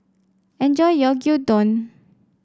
enjoy your Gyudon